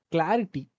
Clarity